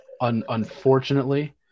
unfortunately